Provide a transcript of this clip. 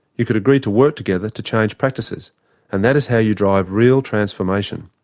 you could agree to work together to change practices and that is how you drive real transformation.